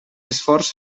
esforç